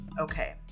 Okay